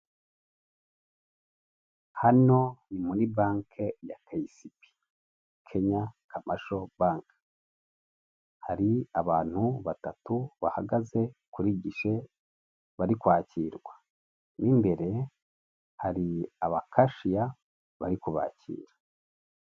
Hano ni muri banki ya keyisibi, Kenya kamasho banke, hari abantu batatu bahagaze kuri gishe bari kwakirwa, mo imbere hari abakashiya bari kubakira.